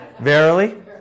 Verily